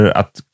att